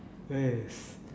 yes